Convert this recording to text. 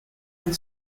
and